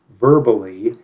verbally